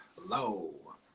hello